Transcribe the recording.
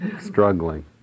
struggling